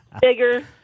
bigger